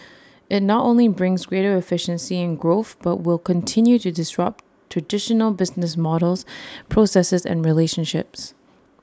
IT not only brings greater efficiency and growth but will continue to disrupt traditional business models processes and relationships